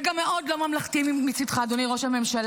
זה גם מאוד לא ממלכתי מצידך, אדוני ראש הממשלה,